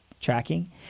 Tracking